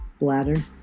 Bladder